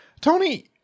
Tony